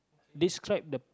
describe the